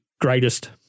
greatest